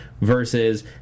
versus